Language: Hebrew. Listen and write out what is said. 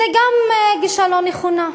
גם זו גישה לא נכונה.